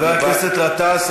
חבר הכנסת גטאס,